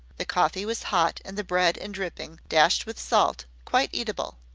the coffee was hot and the bread and dripping, dashed with salt, quite eatable.